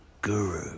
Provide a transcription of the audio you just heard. guru